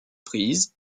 prise